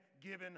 given